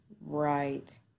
Right